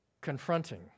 confronting